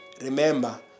Remember